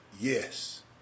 Yes